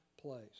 place